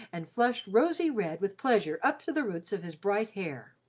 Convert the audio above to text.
and flushed rosy red with pleasure up to the roots of his bright hair.